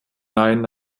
leiden